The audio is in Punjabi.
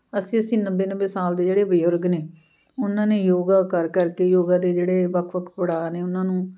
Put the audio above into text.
ਅੱਸੀ ਅੱਸੀ ਨੱਬੇ ਨੱਬੇ ਸਾਲ ਦੇ ਜਿਹੜੇ ਬਜ਼ੁਰਗ ਨੇ ਉਹਨਾਂ ਨੇ ਯੋਗਾ ਕਰ ਕਰ ਕੇ ਯੋਗਾ ਦੇ ਜਿਹੜੇ ਵੱਖ ਵੱਖ ਪੜਾਅ ਨੇ ਉਹਨਾਂ ਨੂੰ